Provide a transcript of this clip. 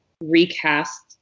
recast